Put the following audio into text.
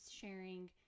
sharing